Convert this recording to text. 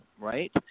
right